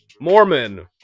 Mormon